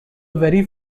very